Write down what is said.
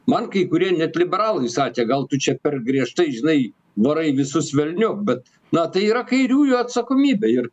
man kai kurie net liberalai sakė gal tu čia per griežtai žinai varai visus velniop bet na tai yra kairiųjų atsakomybė ir